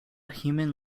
human